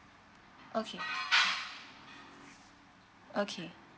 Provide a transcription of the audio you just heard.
okay okay